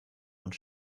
und